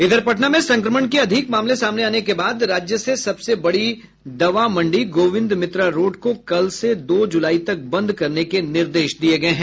इधर पटना में संक्रमण के अधिक मामले सामने आने के बाद राज्य से सबसे बड़ी दवा मंडी गोविंद मित्रा रोड को कल से दो जुलाई तक बंद करने के निर्देश दिये गये हैं